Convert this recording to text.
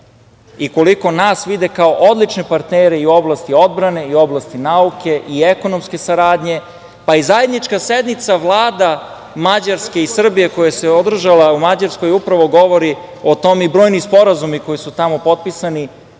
i koliko nas vide kao odlične partnere u oblasti odbrane, oblasti nauke, ekonomske saradnje, pa i zajednička sednica vlada Mađarske i Srbije koja se održala u Mađarskoj upravo govori o tome i brojni sporazumi koji su tamo potpisani